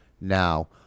Now